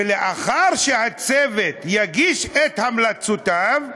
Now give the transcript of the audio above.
ולאחר שהצוות יגיש את המלצותיו,